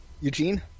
Eugene